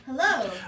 Hello